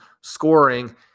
scoring